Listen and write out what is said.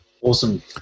Awesome